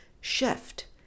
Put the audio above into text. shift